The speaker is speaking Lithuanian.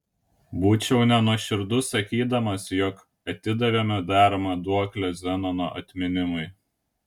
būčiau nenuoširdus sakydamas jog atidavėme deramą duoklę zenono atminimui